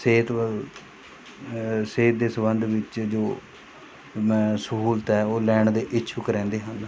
ਸਿਹਤ ਸਿਹਤ ਦੇ ਸੰਬੰਧ ਵਿੱਚ ਜੋ ਮੈਂ ਸਹੂਲਤ ਹੈ ਉਹ ਲੈਣ ਦੇ ਇੱਛੁਕ ਰਹਿੰਦੇ ਹਨ